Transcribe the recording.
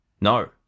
No